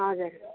हजुर